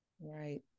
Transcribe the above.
Right